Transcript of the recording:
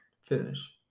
finish